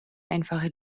einfache